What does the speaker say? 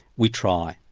we try.